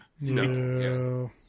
No